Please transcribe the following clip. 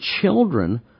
children